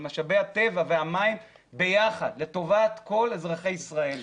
על משאבי הטבע והמים ביחד לטובת כל אזרחי ישראל.